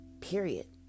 period